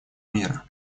мира